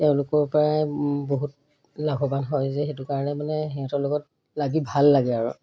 তেওঁলোকৰপৰাই বহুত লাভৱান হয় যে সেইটো কাৰণে মানে সিহঁতৰ লগত লাগি ভাল লাগে আৰু